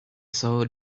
saw